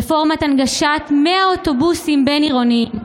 רפורמת הנגשת 100 אוטובוסים בין-עירוניים,